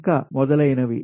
ఇంకా మొదలైనవి